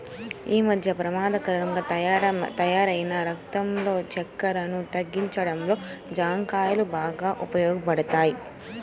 యీ మద్దెన పెమాదకరంగా తయ్యారైన రక్తంలో చక్కెరను తగ్గించడంలో జాంకాయలు బాగా ఉపయోగపడతయ్